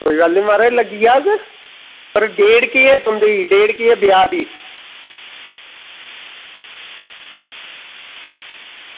कोई गल्ल निं म्हाराज लग्गी जाह्ग पर डेट केह् ऐ तुंदी डेट केह् ऐ ब्याह् दी